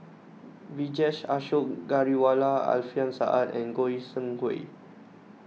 Vijesh Ashok Ghariwala Alfian Sa'At and Goi Seng Hui